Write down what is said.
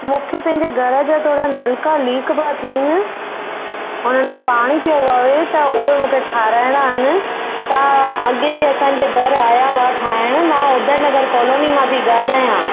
मूंखे पंहिंजे घर जा थोरा नलिका लीक पिया थियनि हुननि मां पाणी पियो विहे त उहा मूंखे ठाराइणा आहिनि तव्हां अॻे बि असांजे घर आया हुआ ठाहिण मां उदयनगर कॉलोनी मां पेई ॻाल्हायां